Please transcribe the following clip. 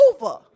over